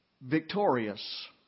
Victorious